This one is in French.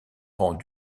rangs